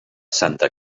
santa